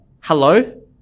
hello